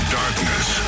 darkness